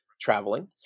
traveling